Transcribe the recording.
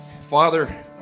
Father